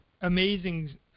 amazing